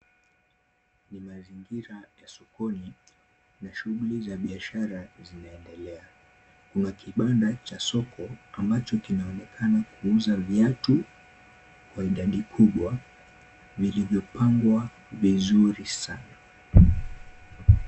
Ni mazingira ya sokoni na shughuli za biashara zinaendelea. Kuna kibanda cha soko ambacho kinaonekana kuuza viatu kwa idadi kubwa vilivyopangwa vizuri sana.